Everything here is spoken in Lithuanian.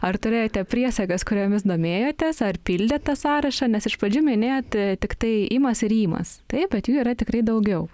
ar turėjote priesagas kuriomis domėjotės ar pildėt tą sąrašą nes iš pradžių minėjot tiktai imas ir ymas taip bet jų yra tikrai daugiau